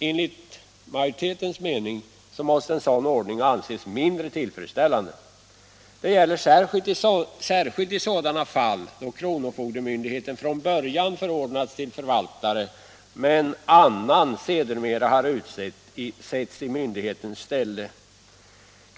Enligt majoritetens mening måste en sådan ordning anses mindre tillfredsställande. Detta gäller särskilt i sådana fall då kronofogdemyndighet från början förordnats till förvaltare men annan sedermera utsetts att i myndighetens ställe vara förvaltare.